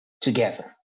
together